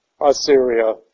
Assyria